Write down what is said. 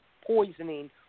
Poisoning